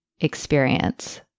experience